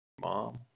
mom